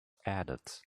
added